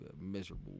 miserable